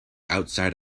outside